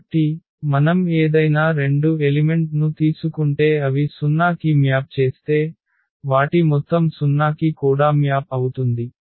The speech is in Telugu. కాబట్టి మనం ఏదైనా రెండు ఎలిమెంట్ ను తీసుకుంటే అవి 0 కి మ్యాప్ చేస్తే వాటి మొత్తం 0 కి కూడా మ్యాప్ అవుతుంది